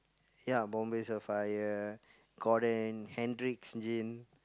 ya Bombay-Sapphire Gordon Hendrick's gin